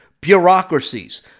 Bureaucracies